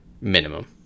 Minimum